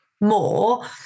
more